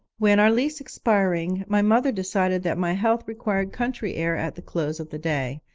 when, our lease expiring, my mother decided that my health required country air at the close of the day,